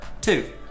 two